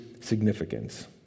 significance